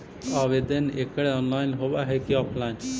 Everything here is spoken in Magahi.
आवेदन एकड़ ऑनलाइन होव हइ की ऑफलाइन?